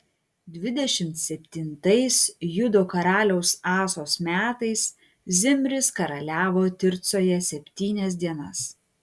dvidešimt septintais judo karaliaus asos metais zimris karaliavo tircoje septynias dienas